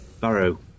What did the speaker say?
Barrow